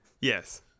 Yes